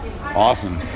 Awesome